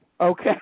Okay